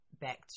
back